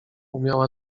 umiała